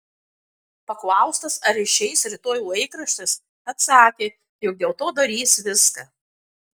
paklaustas ar išeis rytoj laikraštis atsakė jog dėl to darys viską